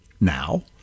now